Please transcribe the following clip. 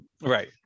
right